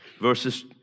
verses